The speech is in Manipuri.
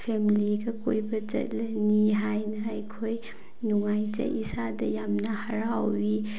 ꯐꯦꯃꯤꯂꯤꯒ ꯀꯣꯏꯕ ꯆꯠꯂꯅꯤ ꯍꯥꯏꯅ ꯑꯩꯈꯣꯏ ꯅꯨꯡꯉꯥꯏꯖꯩ ꯏꯁꯥꯗ ꯌꯥꯝꯅ ꯍꯔꯥꯎꯋꯤ